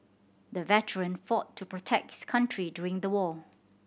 the veteran fought to protect his country during the war